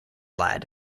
lad